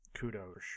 kudos